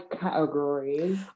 categories